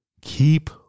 Keep